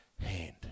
hand